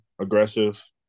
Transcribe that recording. aggressive